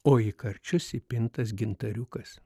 o į karčius įpintas gintariukas